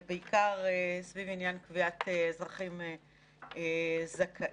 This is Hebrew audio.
סביב העניין של קביעת אזרחים זכאים.